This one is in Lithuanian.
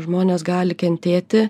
žmonės gali kentėti